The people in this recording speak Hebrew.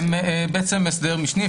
הם בעצם הסדר משני,.